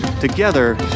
Together